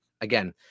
again